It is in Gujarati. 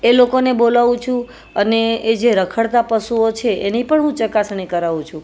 એ લોકોને બોલાવું છું અને એ જે રખડતા પશુઓ છે એની પણ હું ચકાસણી કરાવું છું